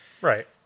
Right